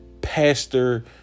pastor